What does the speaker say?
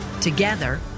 Together